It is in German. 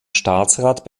staatsrat